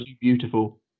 Beautiful